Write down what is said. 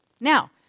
Now